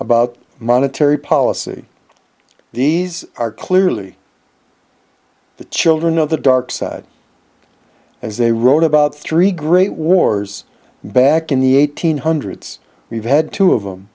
about monetary policy these are clearly the children of the dark side as they wrote about three great wars back in the eighteen hundreds we've had two of them